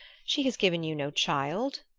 she has given you no child.